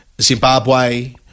zimbabwe